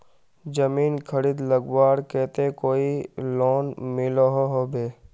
जमीन खरीद लगवार केते कोई लोन मिलोहो होबे?